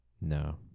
No